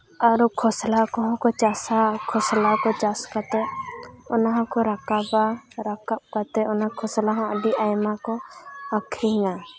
ᱟᱨᱚ ᱠᱷᱚᱥᱞᱟ ᱠᱚᱦᱚᱸ ᱠᱚ ᱪᱟᱥᱼᱟ ᱠᱷᱚᱥᱞᱟ ᱠᱚ ᱪᱟᱥ ᱠᱟᱛᱮᱫ ᱚᱱᱟ ᱦᱚᱸᱠᱚ ᱨᱟᱠᱟᱵᱟ ᱨᱟᱠᱟᱵ ᱠᱟᱛᱮᱫ ᱚᱱᱟ ᱠᱷᱚᱥᱞᱟ ᱦᱚᱸ ᱟᱹᱰᱤ ᱟᱭᱢᱟ ᱠᱚ ᱟᱠᱷᱨᱤᱧᱟ